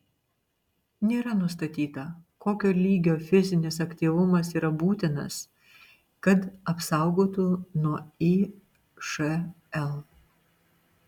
nėra nustatyta kokio lygio fizinis aktyvumas yra būtinas kad apsaugotų nuo išl